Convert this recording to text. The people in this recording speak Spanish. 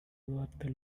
duarte